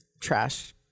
trash